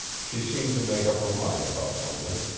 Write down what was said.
she seemed to make up her mind about something.